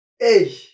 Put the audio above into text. Hey